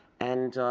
and